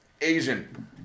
Asian